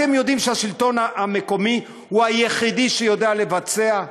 אתם יודעים שהשלטון המקומי הוא היחידי שיודע לבצע?